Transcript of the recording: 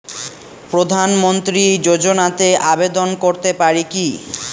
প্রধানমন্ত্রী যোজনাতে আবেদন করতে পারি কি?